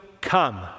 come